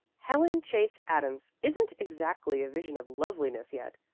helen chase adams isn't exactly a vision of loveliness yet.